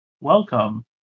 Welcome